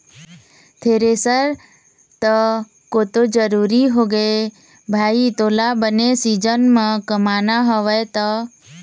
thresher तको तो जरुरी होगे भाई तोला बने सीजन म कमाना हवय त